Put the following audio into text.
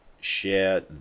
share